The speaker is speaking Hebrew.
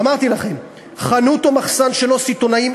אמרתי לכם: חנות או מחסן לא סיטונאיים,